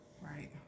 Right